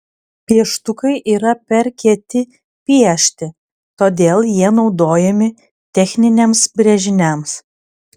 pieštukai yra per kieti piešti todėl jie naudojami techniniams brėžiniams